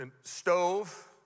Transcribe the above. stove